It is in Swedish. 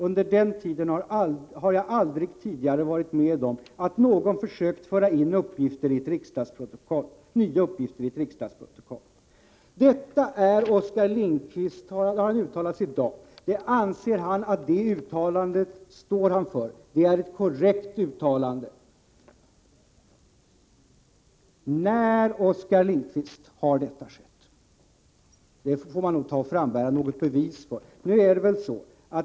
Under den tiden har jag aldrig tidigare varit med om att någon försökt föra in nya uppgifter i ett riksdagsprotokoll.” Oskar Lindkvist säger att han står för det uttalandet, att det är korrekt. När, Oskar Lindkvist, har detta skett? Det får nog frambäras några bevis för det.